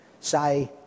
say